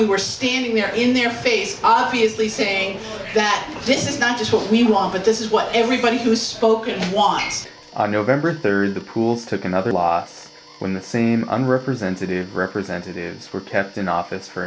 we were standing there in their face obviously saying that this is not just what we want but this is what everybody who spoke wants on november third the pool's took another law when the same representative representatives were kept in office for